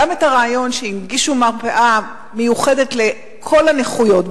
וגם את הרעיון שהנגישו מרפאה מיוחדת לכל הנכויות,